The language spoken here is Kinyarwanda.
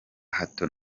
hato